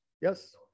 Yes